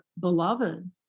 Beloved